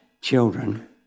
children